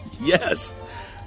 Yes